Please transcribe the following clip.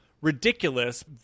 ridiculous